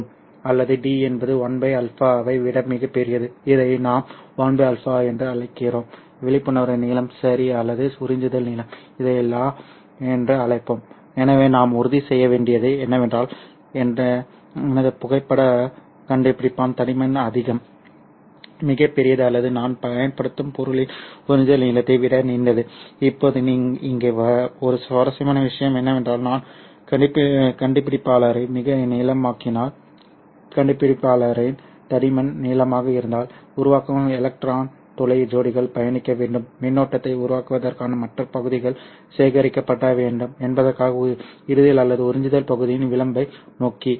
அல்லது d என்பது 1 α ஐ விட மிகப் பெரியது இதை நாம் 1 α என்று அழைக்கிறோம் விழிப்புணர்வு நீளம் சரி அல்லது உறிஞ்சுதல் நீளம் இதை லா என்று அழைப்போம் எனவே நாம் உறுதி செய்ய வேண்டியது என்னவென்றால் எனது புகைப்படக் கண்டுபிடிப்பான் தடிமன் அதிகம் மிகப் பெரியது அல்லது நான் பயன்படுத்தும் பொருளின் உறிஞ்சுதல் நீளத்தை விட நீண்டது இப்போது இங்கே ஒரு சுவாரஸ்யமான விஷயம் என்னவென்றால் நான் கண்டுபிடிப்பாளரை மிக நீளமாக்கினால் கண்டுபிடிப்பாளரின் தடிமன் நீளமாக இருந்தால் உருவாக்கப்படும் எலக்ட்ரான் துளை ஜோடிகள் பயணிக்க வேண்டும் மின்னோட்டத்தை உருவாக்குவதற்காக மற்ற பகுதிகளால் சேகரிக்கப்பட வேண்டும் என்பதற்காக இறுதியில் அல்லது உறிஞ்சுதல் பகுதியின் விளிம்பை நோக்கி